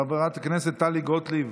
חברת הכנסת טלי גוטליב,